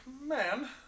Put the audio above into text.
man